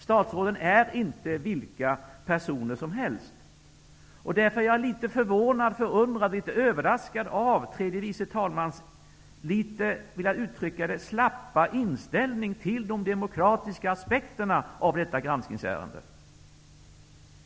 Statsråden är inte vilka personer som helst. Därför är jag litet förvånad och förundrad, ja, litet överraskad över tredje vice talmannens litet slappa inställning till de demokratiska aspekterna av detta granskningsärende.